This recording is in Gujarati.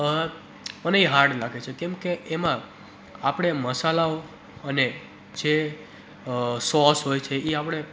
મને એ હાર્ડ લાગે છે કેમ કે એમાં આપણે મસાલાઓ અને જે સોસ હોય છે એ આપણે